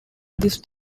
this